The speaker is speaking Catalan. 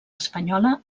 espanyola